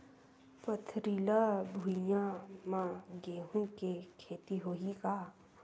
पथरिला भुइयां म गेहूं के खेती होही का?